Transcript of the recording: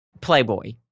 Playboy